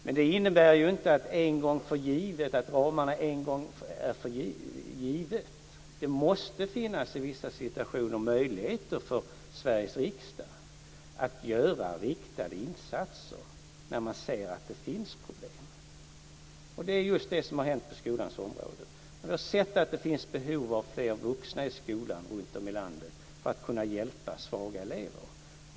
Men det innebär inte att ramarna är givna en gång för alla. Det måste i vissa situationer finnas möjligheter för Sveriges riksdag att göra riktade insatser när man ser att det finns problem. Det är just det som har hänt på skolans område. Vi har sett att det finns behov av fler vuxna i skolan runt om i landet för att kunna hjälpa svaga elever.